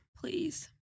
please